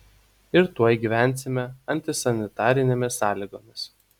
ir tuoj gyvensime antisanitarinėmis sąlygomis